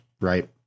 right